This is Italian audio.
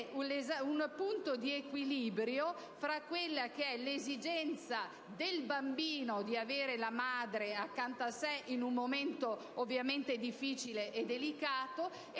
un punto di equilibrio fra l'esigenza del bambino di avere la madre accanto a sé in un momento ovviamente difficile e delicato e